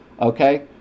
Okay